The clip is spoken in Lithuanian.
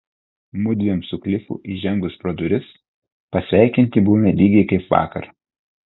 mudviem su klifu įžengus pro duris pasveikinti buvome lygiai kaip vakar